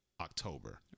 October